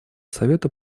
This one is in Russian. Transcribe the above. совета